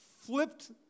flipped